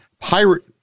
Pirate